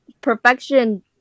perfection